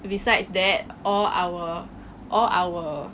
besides that all our all our